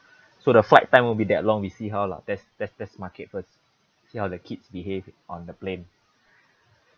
so the flight time will be that long we see how lah test test test market first see how the kids behave on the plane